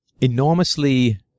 enormously